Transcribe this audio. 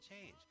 change